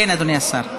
כן, אדוני השר.